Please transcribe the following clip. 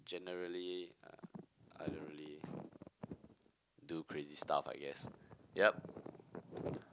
generally I I don't really do crazy stuff I guess yup